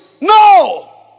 No